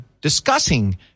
discussing